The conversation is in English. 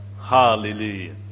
hallelujah